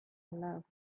loved